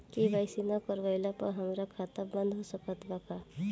KYC ना करवाइला पर हमार खाता बंद हो सकत बा का?